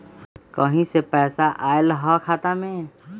कहीं से पैसा आएल हैं खाता में?